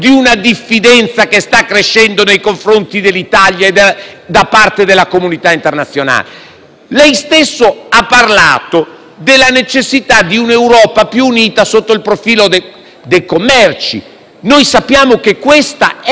Lei stesso ha parlato della necessità di un'Europa più unita sotto il profilo dei commerci. Sappiamo che questa è la competenza specifica dell'Unione europea, ma noi auspichiamo che la concertazione